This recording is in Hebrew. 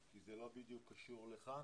זה לא בדיוק קשור לכאן,